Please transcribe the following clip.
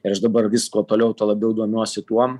ir aš dabar vis kuo toliau tuo labiau domiuosi tuom